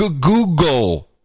Google